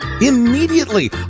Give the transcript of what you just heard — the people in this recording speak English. Immediately